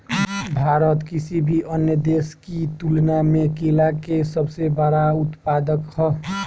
भारत किसी भी अन्य देश की तुलना में केला के सबसे बड़ा उत्पादक ह